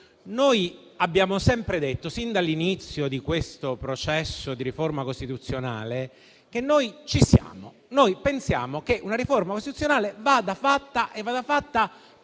Abbiamo sempre detto sin dall'inizio di questo processo di riforma costituzionale che noi ci siamo e pensiamo che una riforma costituzionale vada fatta e anche